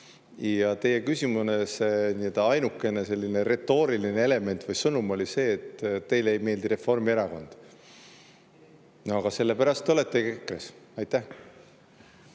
Ja teie küsimuse ainukene retooriline element või sõnum oli see, et teile ei meeldi Reformierakond. No aga sellepärast te oletegi